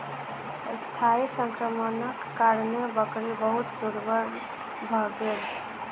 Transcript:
अस्थायी संक्रमणक कारणेँ बकरी बहुत दुर्बल भ गेल